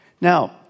Now